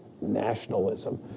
Nationalism